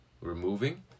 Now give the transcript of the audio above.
removing